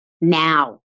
now